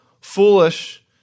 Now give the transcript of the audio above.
Foolish